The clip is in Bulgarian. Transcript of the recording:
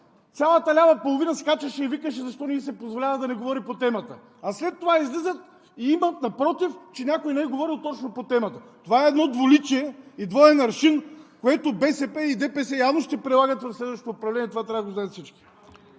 цялата лява половина скачаше и викаше – защо не ѝ се позволява да не говори по темата! След това излизат и имат напротив, че някой не е говорил точно по темата! Това е двуличие и двоен аршин, което БСП и ДПС явно ще прилагат в следващото управление – това трябва да го знаят всички!